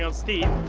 um steve.